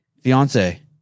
Fiance